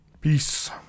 Peace